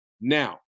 Now